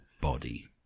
body